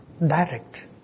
direct